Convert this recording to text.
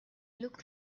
looked